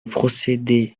procédé